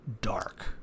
dark